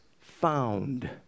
found